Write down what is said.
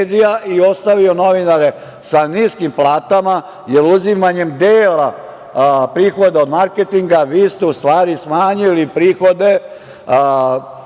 i ostavio novinare sa niskim platama, jer uzimanjem dela prihoda od marketinga vi ste u stvari smanjili prihode